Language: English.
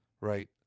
right